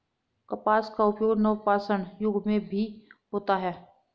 कपास का उपयोग नवपाषाण युग में भी होता था